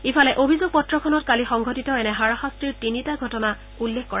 ইফালে অভিযোগ পত্ৰখনত কালি সংঘটিত এনে হাৰাশাস্তিৰ তিনিটা ঘটনা উল্লেখ কৰা হৈছে